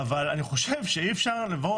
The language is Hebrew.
אי אפשר לבוא